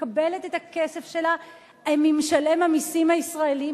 מקבלת את הכסף שלה ממשלם המסים הישראלי,